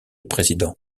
président